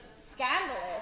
scandalous